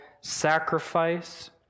sacrifice